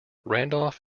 randolph